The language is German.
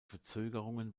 verzögerungen